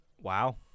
Wow